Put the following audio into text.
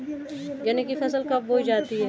गन्ने की फसल कब बोई जाती है?